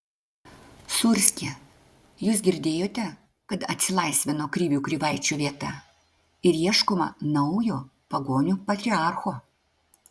sūrski jūs girdėjote kad atsilaisvino krivių krivaičio vieta ir ieškoma naujo pagonių patriarcho